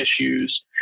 issues